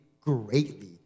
greatly